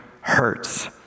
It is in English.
hurts